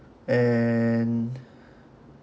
and